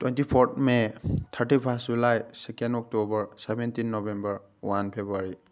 twenty fourth may thirty first July second October seventeen November one February